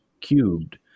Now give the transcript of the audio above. cubed